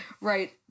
Right